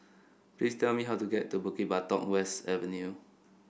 please tell me how to get to Bukit Batok West Avenue